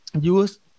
use